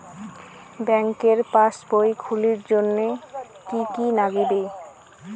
ব্যাঙ্কের পাসবই খুলির জন্যে কি কি নাগিবে?